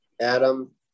Adam